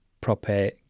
proper